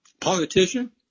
Politician